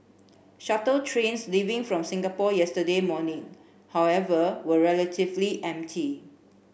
shuttle trains leaving from Singapore yesterday morning however were relatively empty